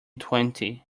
twenty